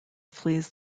flees